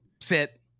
Sit